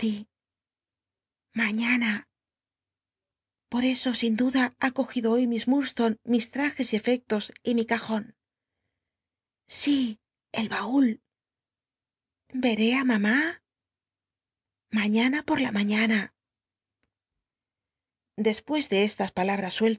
aiiana por eso sin duda ha cogido hoy mi s iurdstone mis trajes y efectos mi rajon sí el baul vcé ü mamü mañana por la anaiíana despues de e tas palabms